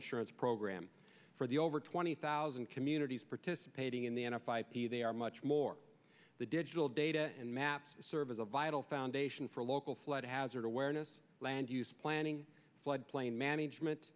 insurance program for the over twenty thousand communities participating in the n f i p they are much more the digital data and maps serve as a vital foundation for local flood hazard awareness land use planning floodplain management